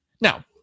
Now